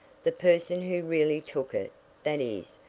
the person who really took it that is,